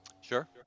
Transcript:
sure